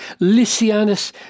Lysianus